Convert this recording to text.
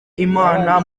imana